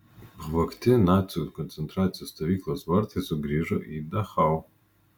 pavogti nacių koncentracijos stovyklos vartai sugrįžo į dachau